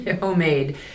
Homemade